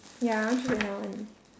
ya I want choose another one